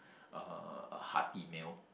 uh a hearty meal